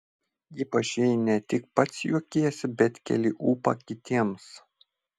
ypač jei ne tik pats juokiesi bet keli ūpą kitiems